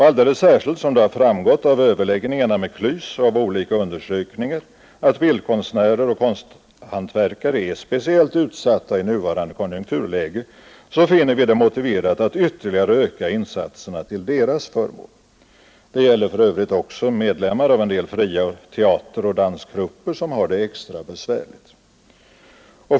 Alldeles särskilt som det framgått av överläggningarna med KLYS och av olika undersökningar att bildkonstnärer och konsthantverkare är speciellt utsatta i nuvarande konjunkturläge finner vi det motiverat att ytterligare öka insatserna till deras förmån. Det gäller för övrigt också medlemmar av en del fria teateroch dansgrupper som har det extra besvärligt.